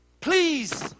Please